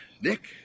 Nick